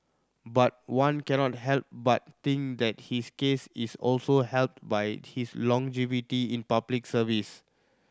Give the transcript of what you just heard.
but one cannot help but think that his case is also helped by his longevity in Public Service